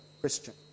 Christian